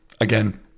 again